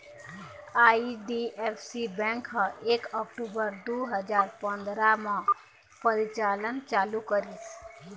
IDFC bank ह एक अक्टूबर दू हजार पंदरा म परिचालन चालू करिस